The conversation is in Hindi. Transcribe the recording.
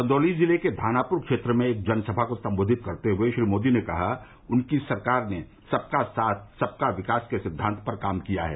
चन्दौली जिले के धानापुर क्षेत्र में एक जनसभा को संबोधित करते हुए श्री मोदी ने कहा कि उनकी सरकार ने सबका साथ सबका विकास के सिद्वान्त पर काम किया है